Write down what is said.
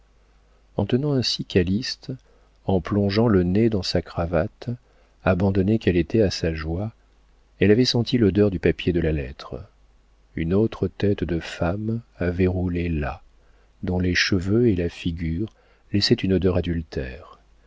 en tenant ainsi calyste en plongeant le nez dans sa cravate abandonnée qu'elle était à sa joie elle avait senti l'odeur du papier de la lettre une autre tête de femme avait roulé là dont les cheveux et la figure laissaient une odeur adultère